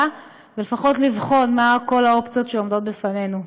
ולפחות לבחון מה כל האופציות שעומדות בפנינו.